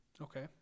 Okay